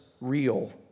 real